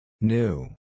New